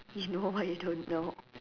you know what you don't know